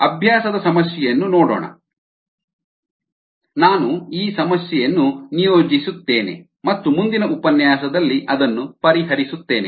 ಅಭ್ಯಾಸದ ಸಮಸ್ಯೆಯನ್ನು ನೋಡೋಣ ನಾನು ಈ ಸಮಸ್ಯೆಯನ್ನು ನಿಯೋಜಿಸುತ್ತೇನೆ ಮತ್ತು ಮುಂದಿನ ಉಪನ್ಯಾಸದಲ್ಲಿ ಅದನ್ನು ಪರಿಹರಿಸುತ್ತೇನೆ